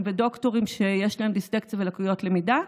ודוקטורים שיש להם דיסלקציה ולקויות למידה,